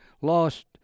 lost